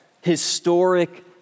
historic